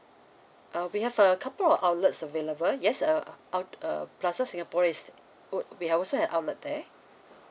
uh we have a couple of outlets available yes uh out~ uh plaza singapura is we we have also have outlet there